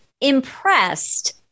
impressed